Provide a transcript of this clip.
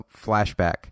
flashback